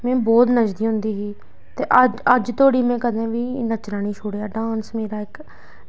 में बौह्त नच्चदी होंदी ही ते अ अज्ज धोड़ी में कदें नच्चना निं छोड़ेआ डांस मेरा इक